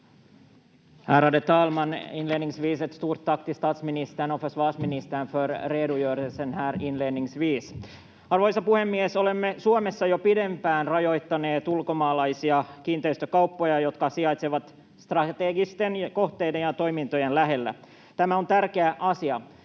Arvoisa puhemies! Olemme Suomessa jo pidempään rajoittaneet ulkomaalaisia kauppoja kiinteistöistä, jotka sijaitsevat strategisten kohteiden ja toimintojen lähellä. Tämä on tärkeä asia.